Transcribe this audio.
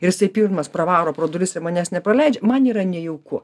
ir jisai pirmas pravaro pro durisir manęs nepaleidžia man yra nejauku